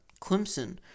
Clemson